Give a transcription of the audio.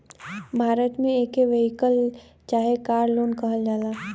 भारत मे एके वेहिकल चाहे कार लोन कहल जाला